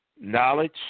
knowledge